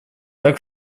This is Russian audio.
так